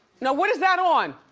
now what is that on?